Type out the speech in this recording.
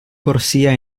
corsia